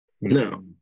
No